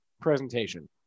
presentation